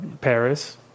Paris